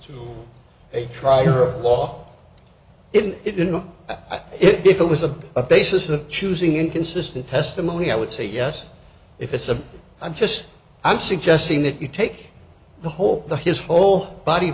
to try her law it know if it was a basis of choosing inconsistent testimony i would say yes if it's a i'm just i'm suggesting that you take the whole the his whole body